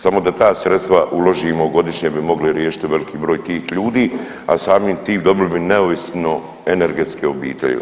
Samo da ta sredstva uložimo godišnje bi mogli riješiti veliki broj tih ljudi, a samim tim dobili bi neovisno energetske obitelji.